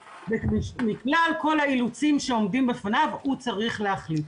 ומכלל כל האילוצים שעומדים בפניו הוא צריך להחליט.